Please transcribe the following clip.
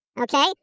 Okay